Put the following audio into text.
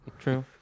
True